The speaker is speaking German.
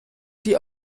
die